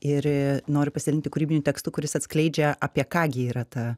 ir noriu pasidalinti kūrybinių tekstu kuris atskleidžia apie ką gi yra ta